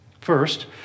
First